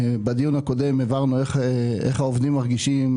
הסיפוק הכי גדול בשבילי זה לראות שעובדים שהיו בסכנה